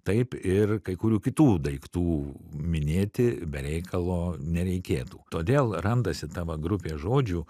taip ir kai kurių kitų daiktų minėti be reikalo nereikėtų todėl randasi ta va grupė žodžių